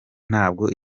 ntabwo